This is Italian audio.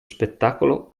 spettacolo